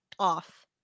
off